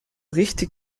richtig